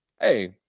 Hey